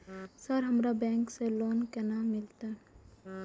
Sir हमरा bank से loan केना मिलते?